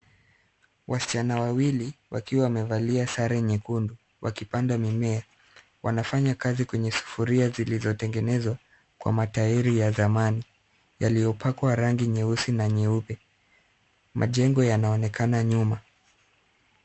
Wasichana wawili wakiwa wamevalia sare nyekundu wakipanda mimea. Wanafanya kazi kwenye sufuria zilizotengenezwa kwa matairi ya zamani yaliyopakwa rangi nyeusi na nyeupe. Majengo yanaonekana nyuma.